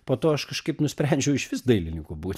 po to aš kažkaip nusprendžiau išvis dailininku būt